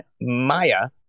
Maya